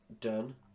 done